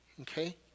okay